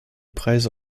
preise